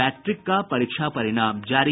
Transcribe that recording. matric का परीक्षा परिणाम जारी